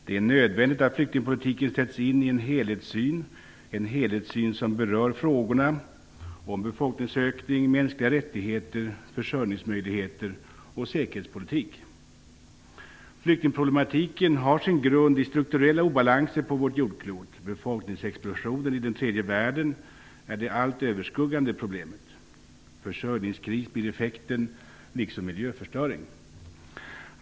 Det är nödvändigt att flyktingpolitiken sätts in i en helhetssyn, en helhetssyn som berör frågorna om befolkningsökning, mänskliga rättigheter, försörjningsmöjligheter och säkerhetspolitik. Flyktingproblematiken har sin grund i strukturella obalanser på vårt jordklot. Befolkningsexplosionen i tredje världen är det allt överskuggande problemet. Försörjningskris blir effekten liksom miljöförstöring.